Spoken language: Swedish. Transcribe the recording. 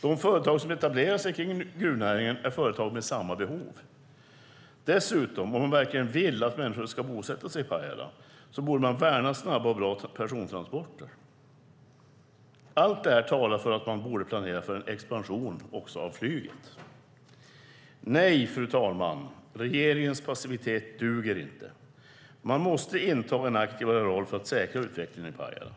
De företag som etablerar sig kring gruvnäringen är företag med samma behov. Om man verkligen vill att människor ska bosätta sig i Pajala borde man dessutom värna snabba och bra persontransporter. Allt detta talar för att man borde planera för en expansion också av flyget. Fru talman! Regeringens passivitet duger inte. Man måste inta en aktivare roll för att säkra utvecklingen i Pajala.